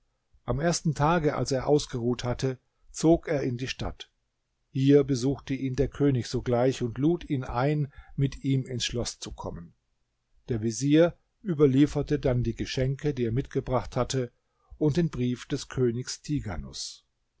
am ersten tage als er ausgeruht hatte zog er in die stadt hier besuchte ihn der könig sogleich und lud ihn ein mit ihm ins schloß zu kommen der vezier überlieferte dann die geschenke die er mitgebracht hatte und den brief des königs